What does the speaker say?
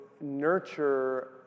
nurture